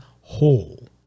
whole